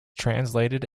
translated